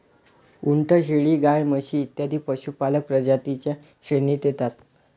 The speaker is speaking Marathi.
उंट, शेळी, गाय, म्हशी इत्यादी पशुपालक प्रजातीं च्या श्रेणीत येतात